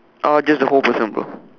oh just the whole person bro